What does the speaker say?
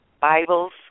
Bibles